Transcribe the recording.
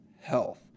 health